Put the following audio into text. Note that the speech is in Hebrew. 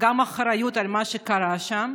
אחריות על מה שקרה שם,